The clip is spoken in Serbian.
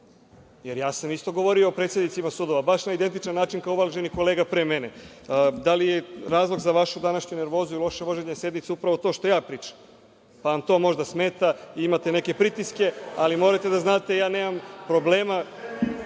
Jer, ja sam isto govorio o predsednicima sudova, baš na identičan način kao uvaženi kolega pre mene. Da li je razlog za vašu današnju nervozu i loše vođenje sednice upravo to što ja pričam, pa vam to možda smeta i imate neke pritiske. Morate da znate ja nemam problema